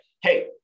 hey